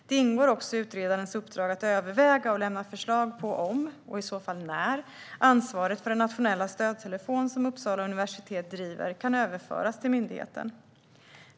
Det ingår också i utredarens uppdrag att överväga och lämna förslag på om, och i så fall när, ansvaret för den nationella stödtelefon som Uppsala universitet driver kan överföras till myndigheten.